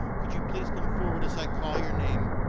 could you please come forward as i call your name.